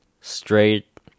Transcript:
straight